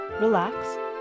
relax